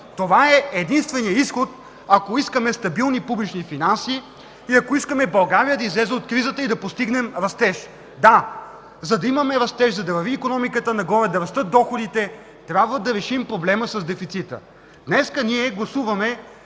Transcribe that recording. Това е единственият изход, ако искаме стабилни публични финанси и ако искаме България да излезе от кризата и да постигнем растеж. Да, за да имаме растеж, за да върви икономиката нагоре, да растат доходите, трябва да решим проблема с дефицита. Днес ние гласуваме